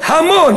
המון,